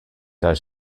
does